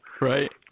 Right